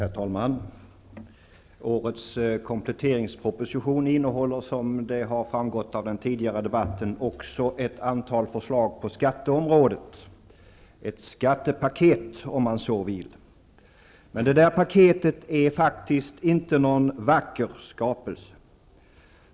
Herr talman! Årets kompletteringsproposition innehåller, som har framgått av den tidigare debatten, också ett antal förslag på skatteområdet, ett skattepaket om man så vill. Men paketet är faktiskt inte någon vacker skapelse.